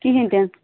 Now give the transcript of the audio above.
کِہیٖنٛۍ تہٕ نہٕ